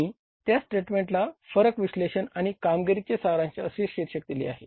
मी त्या स्टेटमेंटला फरक विश्लेषण आणि कामगिरीचे सारांश असे शीर्षक दिले आहे